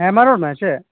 ᱦᱮᱸ ᱢᱟ ᱨᱚᱲ ᱢᱮ ᱪᱮᱫ